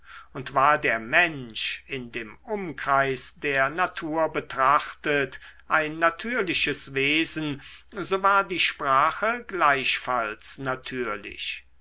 und war der mensch in dem umkreis der natur betrachtet ein natürliches wesen so war die sprache gleichfalls natürlich